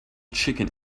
chicken